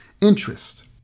interest